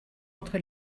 entre